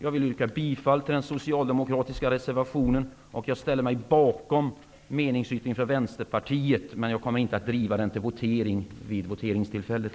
Jag yrkar bifall till den socialdemokratiska reservationen, och jag ställer mig bakom meningsyttringen från Vänsterpartiet, men jag kommer inte att driva den till votering vid voteringstillfället.